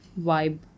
vibe